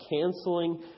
canceling